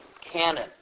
Canon